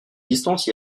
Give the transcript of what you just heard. distance